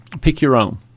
pick-your-own